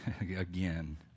again